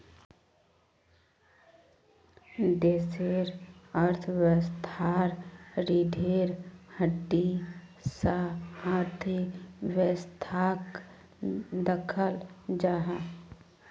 देशेर अर्थवैवास्थार रिढ़ेर हड्डीर सा आर्थिक वैवास्थाक दख़ल जाहा